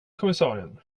kommissarien